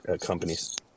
companies